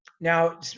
now